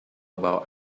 about